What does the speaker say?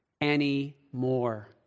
anymore